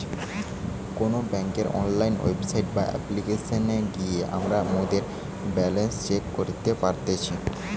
কোনো বেংকের online website বা অপ্লিকেশনে গিয়ে আমরা মোদের ব্যালান্স চেক করি পারতেছি